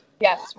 Yes